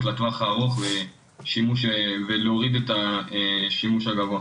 לטווח הארוך ולהוריד את השימוש הגבוה.